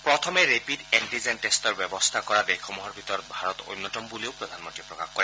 প্ৰথমে rapid antigen টেষ্টৰ ব্যৱস্থা কৰা দেশসমূহৰ ভিতৰত ভাৰত অন্যতম বুলিও প্ৰধানমন্ত্ৰীয়ে প্ৰকাশ কৰে